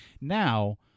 now